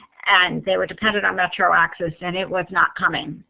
and they were dependent on metro access and it was not coming.